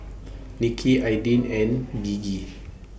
Nicky Aydin and Gigi